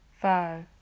five